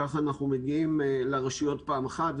וכך אנחנו מגיעים לרשויות, זה פעם אחת.